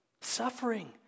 suffering